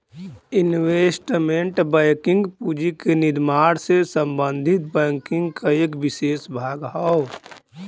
investment banking पूंजी के निर्माण से संबंधित बैंकिंग क एक विसेष भाग हौ